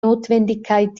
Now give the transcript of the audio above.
notwendigkeit